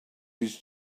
his